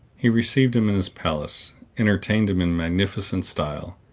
he received him in his palace, entertained him in magnificent style,